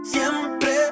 Siempre